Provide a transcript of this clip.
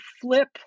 flip